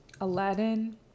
Aladdin